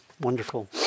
Wonderful